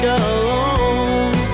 alone